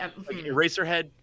Eraserhead